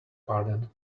pardon